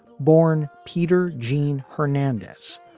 born peter jean hernandez,